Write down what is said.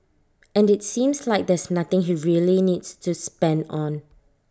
and IT seems like there's nothing he really needs to spend on